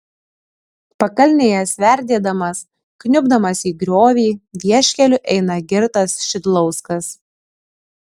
pakalnėje sverdėdamas kniubdamas į griovį vieškeliu eina girtas šidlauskas